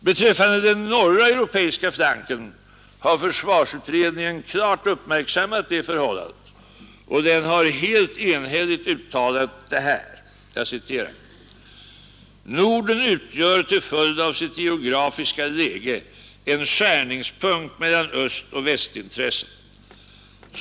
Beträffande den norra europeiska flanken har försvarsutredningen klart uppmärksammat detta förhållande, och den har helt enhälligt uttalat: ”Norden utgör till följd av sitt geografiska läge en skärningspunkt mellan östoch västintressen.